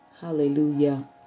hallelujah